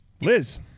Liz